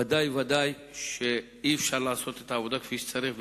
ודאי וודאי שאי-אפשר לעשות את העבודה כפי שצריך,